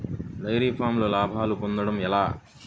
Dairy ఫామ్లో లాభాలు పొందడం ఎలా?